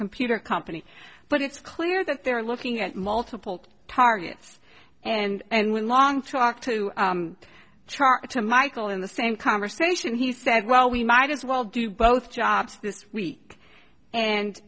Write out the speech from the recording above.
computer company but it's clear that there are looking at multiple targets and when long talk to char to michael in the same conversation he said well we might as well do both jobs this week and